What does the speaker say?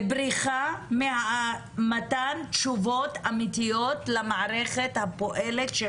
לבריחה ממתן תשובות אמיתיות למערכת הפועלת של